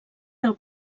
del